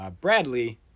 Bradley